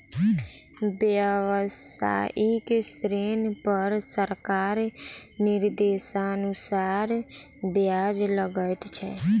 व्यवसायिक ऋण पर सरकारक निर्देशानुसार ब्याज लगैत छै